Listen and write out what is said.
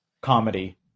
comedy